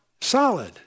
solid